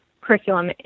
curriculum